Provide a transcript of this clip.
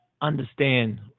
understand